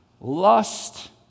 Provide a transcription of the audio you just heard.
lust